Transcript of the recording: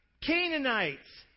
Canaanites